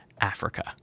Africa